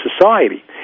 society